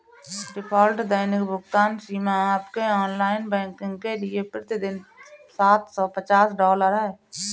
default दैनिक भुगतान सीमा आपके ऑनलाइन बैंकिंग के लिए प्रति दिन सात सौ पचास डॉलर है